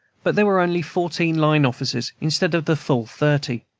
but there were only fourteen line-officers instead of the full thirty.